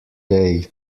day